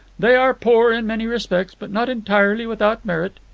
they are poor in many respects, but not entirely without merit.